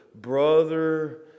brother